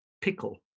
pickle